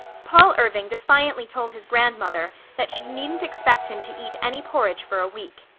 paul irving defiantly told his grandmother that she needn't expect him to eat any porridge for a week.